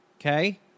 Okay